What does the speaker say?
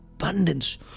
abundance